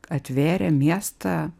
atvėrė miestą